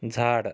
झाड